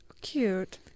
Cute